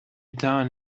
done